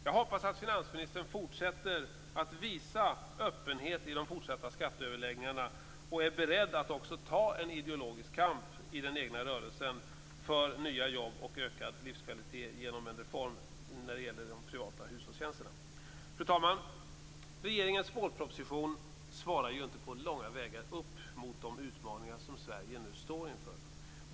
Jag hoppas att finansministern fortsätter att visa öppenhet i de fortsatta skatteöverläggningarna och också är beredd att ta en ideologisk kamp i den egna rörelsen för nya jobb och ökad livskvalitet genom en reform när det gäller de privata hushållstjänsterna. Fru talman! Regeringens vårproposition svarar inte på långa vägar upp mot de utmaningar som Sverige nu står inför.